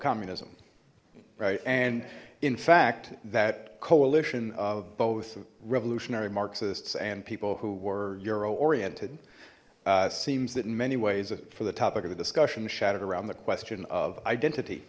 communism right and in fact that coalition of both revolutionary marxists and people who were euro oriented seems that in many ways for the topic of the discussion shattered around the question of identity